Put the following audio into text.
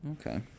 Okay